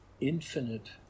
infinite